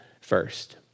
first